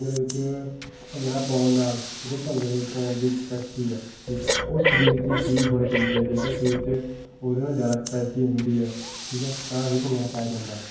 ਭੰਗੜੇ ਵਿੱਚ ਭੰਗੜਾ ਪਾਉਣ ਨਾਲ ਜਿਹੜੀ ਭੰਗੜੇ ਪਾਉਣ ਦੀ ਕਪੈਸ਼ਟੀ ਹੈ ਠੀਕ ਆ ਉਹ ਸਰੀਰ 'ਚ ਹੀ ਹੋਣੀ ਚਾਹੀਦੀ ਹੈ ਜੇਕਰ ਸਰੀਰ 'ਚ ਉਹਦੇ ਨਾਲ ਜ਼ਿਆਦਾ ਕਪੈਸ਼ਟੀ ਹੁੰਦੀ ਹੈ ਠੀਕ ਹੈ ਤਾਂ ਹੀ ਭੰਗੜਾ ਪਾਇਆ ਜਾਂਦਾ ਹੈ